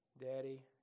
Daddy